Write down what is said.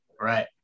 Right